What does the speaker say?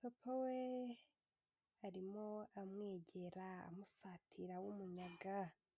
papa we arimo amwegera amusatira awumunyaga.